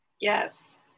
Yes